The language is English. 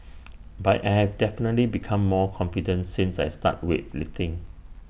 but I have definitely become more confident since I started weightlifting